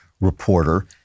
reporter